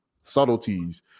subtleties